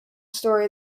story